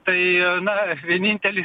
tai na vienintelis